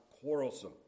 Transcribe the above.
quarrelsome